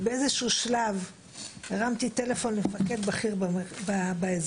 באיזה שהוא שלב הרמתי טלפון למפקד בכיר באזור,